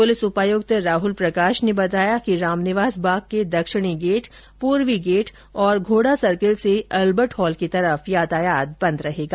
police उपायुक्त राहुल प्रकाश ने बताया कि रामनिवास बाग के दक्षिणी गेट पूर्वी गेट तथा घोड़ा सर्किल से अल्बर्ट हॉल की तरफ यातायात बंद रहेगा